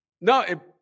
No